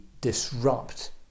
disrupt